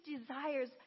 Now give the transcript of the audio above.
desires